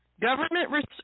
Government